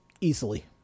easily